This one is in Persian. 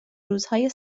روزهای